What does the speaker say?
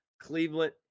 Cleveland